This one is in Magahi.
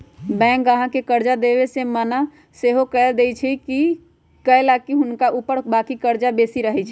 बैंक गाहक के कर्जा देबऐ से मना सएहो कऽ देएय छइ कएलाकि हुनका ऊपर बाकी कर्जा बेशी रहै छइ